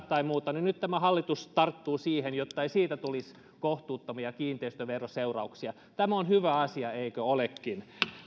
tai muuta niin nyt tämä hallitus tarttuu siihen jotta siitä ei tulisi kohtuuttomia kiinteistöveroseurauksia tämä on hyvä asia eikö olekin